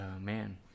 man